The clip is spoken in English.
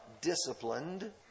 disciplined